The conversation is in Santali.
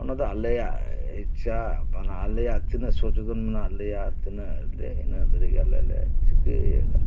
ᱚᱱᱟ ᱫᱚ ᱟᱞᱮᱭᱟᱜ ᱤᱪᱪᱷᱟ ᱟᱞᱮᱭᱟᱜ ᱛᱤᱱᱟᱜ ᱥᱚᱪᱮᱛᱚᱱ ᱢᱮᱱᱟᱜ ᱞᱮᱭᱟ ᱛᱤᱱᱟᱜ ᱞᱮ ᱤᱱᱟᱜ ᱨᱮᱜᱮ ᱶᱪᱤᱠᱟᱹᱭᱮᱫᱟ